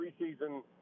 preseason